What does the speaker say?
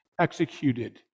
executed